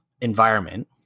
environment